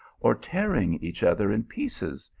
or tear ing each other in pieces,